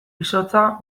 izotza